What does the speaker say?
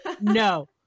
No